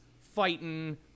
fighting